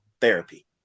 therapy